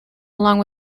along